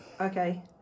Okay